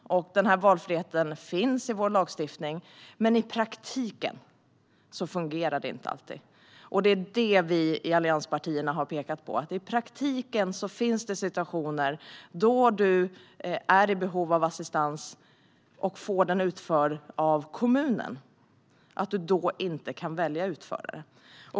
Valfriheten finns i vår lagstiftning, men i praktiken fungerar det inte alltid. Det är det vi i allianspartierna har pekat på. I praktiken finns det situationer då du är i behov av assistans och får den utförd av kommunen, och då kan du inte välja utförare.